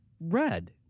red